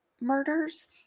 murders